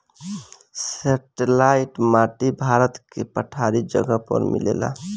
satellite माटी भारत के पठारी जगह पर मिलेला